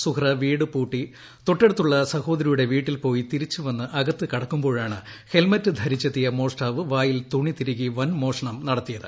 സുഹ്റ വീട് പൂട്ടി തൊട്ടടുത്തുള്ള സഹോദരിയുടെ വീട്ടിൽപോയി തിരിച്ച വന്ന് അകത്ത് കടക്കുമ്പോഴാണ് ഹെൽമറ്റ് ധരിച്ചെത്തിയ മോഷ്ടാവ് വായിൽ തുണി തിരുകി വൻ മോഷണം നടത്തിയത്